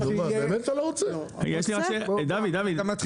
דוד דוד יש לי רק שאלה,